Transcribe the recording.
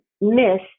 miss